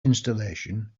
installation